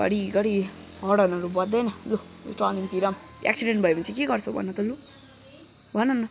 घरि घरि हरनहरू बज्दैन लु ट्रनिङतिर पनि एक्सिडेन्ट भयो भने के गर्छौ भन त लु भन न